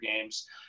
games